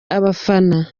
abafana